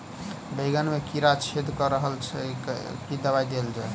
बैंगन मे कीड़ा छेद कऽ रहल एछ केँ दवा देल जाएँ?